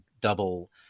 double